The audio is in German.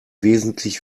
wesentlich